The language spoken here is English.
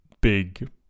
big